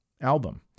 album